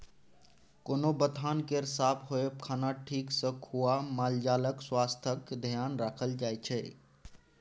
कोनो बथान केर साफ होएब, खाना ठीक सँ खुआ मालजालक स्वास्थ्यक धेआन राखल जाइ छै